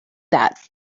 that